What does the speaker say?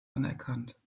anerkannt